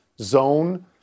zone